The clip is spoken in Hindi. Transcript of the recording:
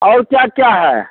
और क्या क्या है